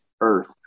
earth